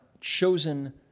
chosen